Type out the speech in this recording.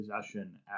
possession